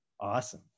Awesome